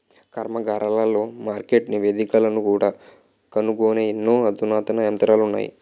కర్మాగారాలలో మార్కెట్ నివేదికలను కూడా కనుగొనే ఎన్నో అధునాతన యంత్రాలు ఉన్నాయి